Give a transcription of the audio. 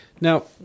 now